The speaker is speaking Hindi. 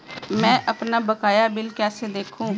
मैं अपना बकाया बिल कैसे देखूं?